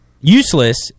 useless